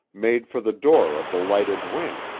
made for the door of the lighted wing.